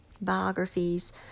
biographies